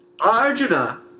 Arjuna